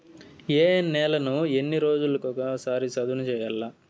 ఏ నేలను ఎన్ని రోజులకొక సారి సదును చేయల్ల?